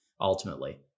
ultimately